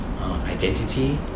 identity